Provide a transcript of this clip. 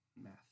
math